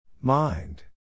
Mind